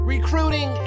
recruiting